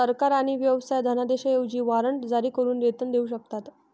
सरकार आणि व्यवसाय धनादेशांऐवजी वॉरंट जारी करून वेतन देऊ शकतात